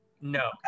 no